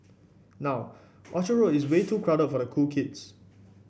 now Orchard Road is way too crowded for the cool kids